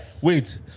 Wait